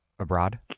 abroad